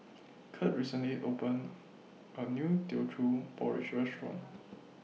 Curt recently opened A New Teochew Porridge Restaurant